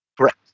Correct